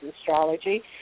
astrology